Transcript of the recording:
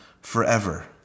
Forever